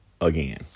again